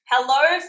Hello